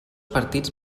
partits